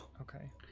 Okay